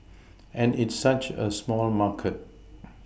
and it's such a small market